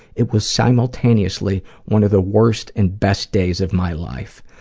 it was simultaneously one of the worst and best days of my life.